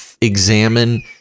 examine